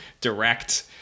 direct